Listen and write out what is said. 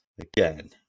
again